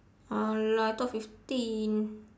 !alah! I thought fifteen